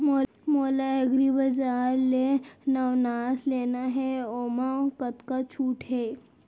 मोला एग्रीबजार ले नवनास लेना हे ओमा कतका छूट हे?